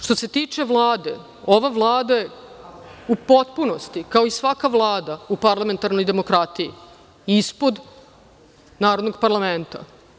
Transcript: Što se tiče Vlade, ova Vlada je u potpunosti, kao i svaka Vlada u parlamentarnoj demokratiji ispod narodnog parlamenta.